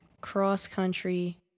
cross-country